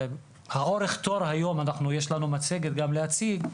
אורך התור היום, יש לנו מצגת גם להציג,